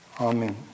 Amen